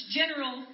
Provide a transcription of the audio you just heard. general